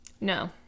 No